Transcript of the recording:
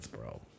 bro